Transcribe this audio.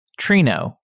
Trino